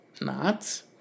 not